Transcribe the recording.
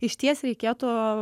išties reikėtų